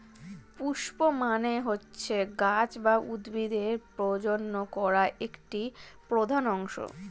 পুস্প মানে হচ্ছে গাছ বা উদ্ভিদের প্রজনন করা একটি প্রধান অংশ